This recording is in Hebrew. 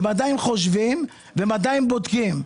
הם עדיין חושבים והם עדיין בודקים.